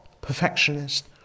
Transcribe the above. perfectionist